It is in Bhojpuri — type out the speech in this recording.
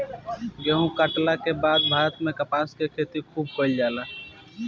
गेहुं काटला के बाद भारत में कपास के खेती खूबे कईल जाला